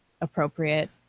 appropriate